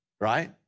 right